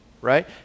right